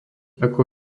ako